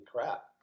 crap